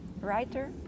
writer